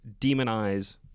demonize